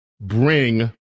bring